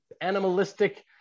animalistic